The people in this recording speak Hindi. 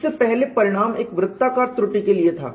इससे पहले परिणाम एक वृत्ताकार त्रुटि के लिए था